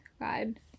God